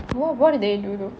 what what do they do though